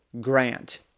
Grant